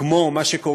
הממשלה בסופו של דבר